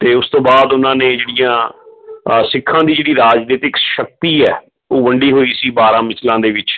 ਅਤੇ ਉਸ ਤੋਂ ਬਾਅਦ ਉਹਨਾਂ ਨੇ ਜਿਹੜੀਆਂ ਸਿੱਖਾਂ ਦੀ ਜਿਹੜੀ ਰਾਜਨੀਤਿਕ ਸ਼ਕਤੀ ਹੈ ਉਹ ਵੰਡੀ ਹੋਈ ਸੀ ਬਾਰ੍ਹਾਂ ਮਿਸਲਾਂ ਦੇ ਵਿੱਚ